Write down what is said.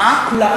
מה?